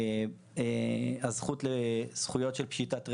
זכויות של פשיטת רגל,